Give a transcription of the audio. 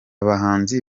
bahanzi